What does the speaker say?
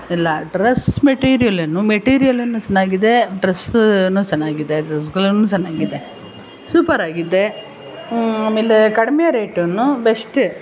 ಎಲ್ಲ ಡ್ರೆಸ್ ಮೆಟೀರಿಯಲ್ಲೂನು ಮೆಟೀರಿಯಲ್ಲೂ ಚೆನ್ನಾಗಿದೆ ಡ್ರೆಸ್ಸೂನೂ ಚೆನ್ನಾಗಿದೆ ಡ್ರೆಸ್ಗಳೂ ಚೆನ್ನಾಗಿದೆ ಸೂಪರ್ ಆಗಿದೆ ಆಮೇಲೆ ಕಡಿಮೆ ರೇಟೂನೂ ಬೆಸ್ಟ್